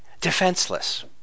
defenseless